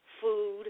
food